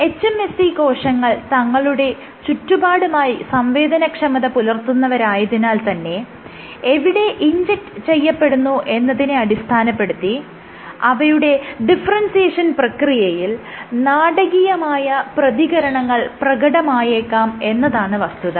hMSC കോശങ്ങൾ തങ്ങളുടെ ചുറ്റുപാടുമായി സംവേദനക്ഷമത പുലർത്തുന്നവരായതിനാൽ തന്നെ എവിടെ ഇൻജെക്ട് ചെയ്യപ്പെടുന്നു എന്നതിനെ അടിസ്ഥാനപ്പെടുത്തി അവയുടെ ഡിഫറെൻസിയേഷൻ പ്രക്രിയയിൽ നാടകീയമായ പ്രതികരണങ്ങൾ പ്രകടമായേക്കാം എന്നതാണ് വസ്തുത